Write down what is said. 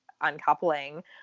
uncoupling